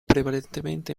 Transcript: prevalentemente